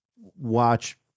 watch